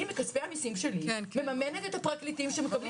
אני מכספי המיסים שלי מממנת את הפרקליטים שמקבלים